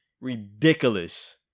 ridiculous